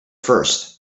first